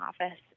office